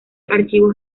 archivo